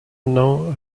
now